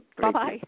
Bye-bye